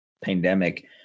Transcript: pandemic